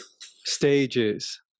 stages